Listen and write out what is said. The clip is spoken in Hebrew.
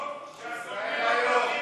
קבוצת סיעת מרצ,